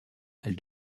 elle